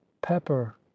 pepper